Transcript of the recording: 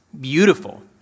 beautiful